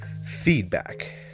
Feedback